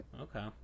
Okay